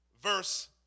verse